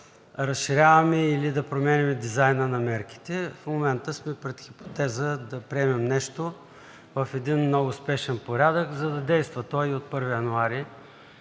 да разширяваме или да променяме дизайна на мерките. В момента сме пред хипотеза да приемем нещо в един много спешен порядък, за да действа той от 1 януари